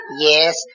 Yes